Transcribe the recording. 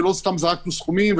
ולא סתם זרקנו סכומים,